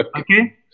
Okay